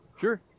Sure